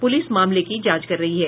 police मामले की जांच कर रही है